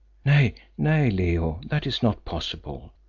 nay, nay, leo, that is not possible.